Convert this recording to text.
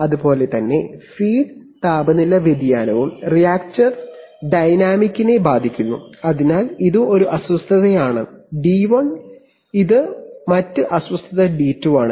അതുപോലെ തന്നെ ഫീഡ് താപനില വ്യതിയാനവും റിയാക്റ്റർ ഡൈനാമിക്കിനെ ബാധിക്കുന്നു അതിനാൽ ഇത് ഒരു അസ്വസ്ഥതയാണ് d1 ഇത് മറ്റ് അസ്വസ്ഥത d2 ആണ്